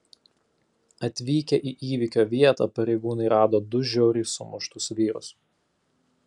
atvykę į įvykio vietą pareigūnai rado du žiauriai sumuštus vyrus